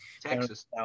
Texas